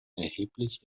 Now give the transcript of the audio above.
erheblich